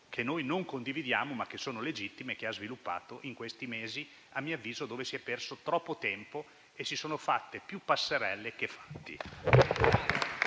che noi non condividiamo, ma che sono legittime, che ha sviluppato in questi mesi, durante i quali a mio avviso si è perso troppo tempo e si sono fatte più passerelle che fatti.